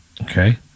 Okay